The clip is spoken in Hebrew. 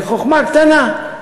זו חוכמה קטנה.